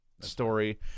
story